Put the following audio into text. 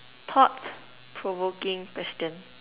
thought provoking question